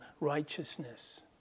righteousness